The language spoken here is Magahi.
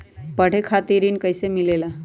पढे खातीर ऋण कईसे मिले ला?